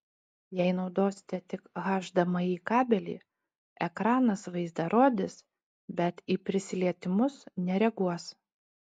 jei naudosite tik hdmi kabelį ekranas vaizdą rodys bet į prisilietimus nereaguos